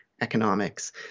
economics